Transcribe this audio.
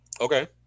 Okay